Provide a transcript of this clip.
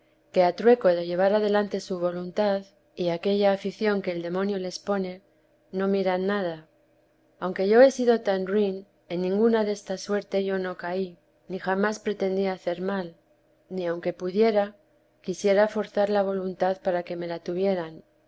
a trueco de llevar adelante su voluntad y aquella afición que el demonio les pone no miran nada aunque yo he sido tan ruin en ninguna desta suerte yo no caí ni jamás pretendí hacer mal ni aunque pudiera quisiera forzar la voluntad para que me la tuvieran